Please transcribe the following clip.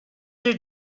their